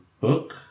Book